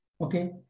Okay